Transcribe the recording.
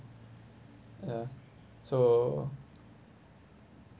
ya so